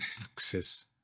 access